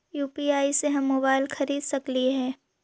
UPI से हम mobile खरिद सकलिऐ है